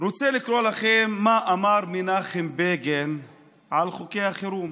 רוצה לקרוא לכם מה אמר מנחם בגין על חוקי החירום.